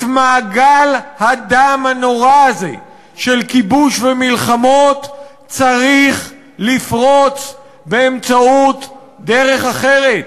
את מעגל הדם הנורא הזה של כיבוש ומלחמות צריך לפרוץ באמצעות דרך אחרת,